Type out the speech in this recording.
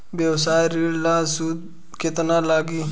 व्यवसाय ऋण ला सूद केतना लागी?